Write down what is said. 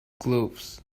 gloves